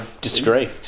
disagree